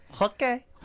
Okay